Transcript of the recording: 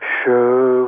show